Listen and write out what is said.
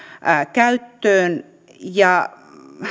käyttöön ja